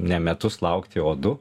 ne metus laukti o du